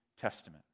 Testament